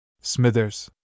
Smithers